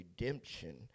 Redemption